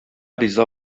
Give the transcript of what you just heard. риза